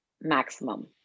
maximum